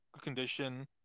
condition